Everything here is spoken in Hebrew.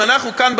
אם אנחנו כאן,